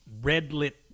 red-lit